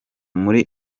muri